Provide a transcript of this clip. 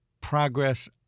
progress